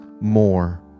more